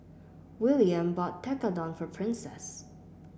William bought Tekkadon for Princess